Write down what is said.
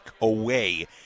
away